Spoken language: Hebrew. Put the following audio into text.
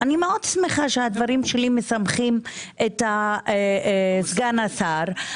אני מאוד שמחה שהדברים שלי משמחים את סגן השר.